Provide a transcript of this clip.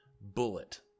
Bullet